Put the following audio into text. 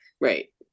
right